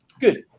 Good